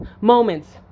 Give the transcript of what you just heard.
moments